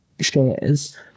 shares